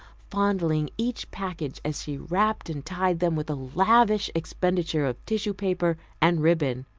fondling each package as she wrapped and tied them with a lavish expenditure of tissue paper and ribbon.